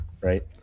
right